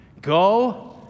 go